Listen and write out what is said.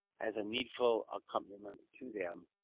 as a needful accompaniment to them,